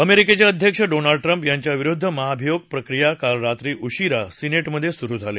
अमेरिकेचे अध्यक्ष Donald Trump यांच्याविरुद्व महाभियोग प्रक्रिया काल रात्री उशिरा सिनेटमधे सुरु झाली